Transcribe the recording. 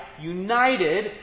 united